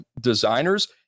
designers